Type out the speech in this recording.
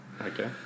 Okay